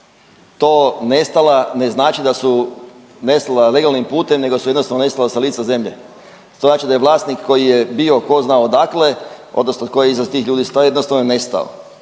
To nestala ne znači da su nestala legalnim putem nego su jednostavno nestala sa lista zemlje. To znači da je vlasnik koji je bio tko zna odakle odnosno tko iza tih ljudi stoji jednostavno je nestao